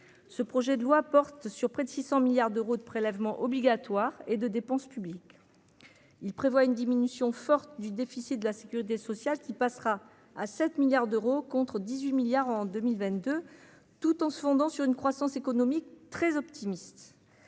ce projet de loi porte sur près de 600 milliards d'euros de prélèvements obligatoires et de dépenses publiques, il prévoit une diminution forte du déficit de la Sécurité sociale, qui passera à 7 milliards d'euros, contre 18 milliards en 2022, tout en se fondant sur une croissance économique très optimiste